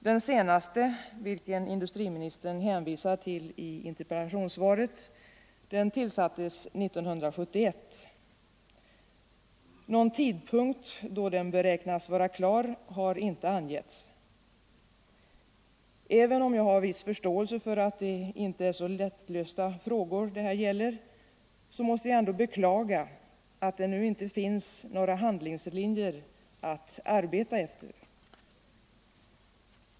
Den senaste, som industriministern hänvisar till i interpellationssvaret, tillsattes 1971. Någon tidpunkt då den beräknas vara klar har inte angivits. Även om jag har viss förståelse för att detta inte är några lättlösta frågor måste jag beklaga att det nu inte finns några handlingslinjer att arbeta efter.